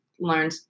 learned